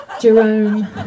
Jerome